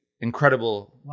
Incredible